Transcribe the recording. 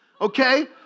okay